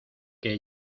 que